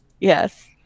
Yes